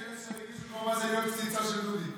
יש כאלה שהרגישו מה זה להיות קציצה של דודי.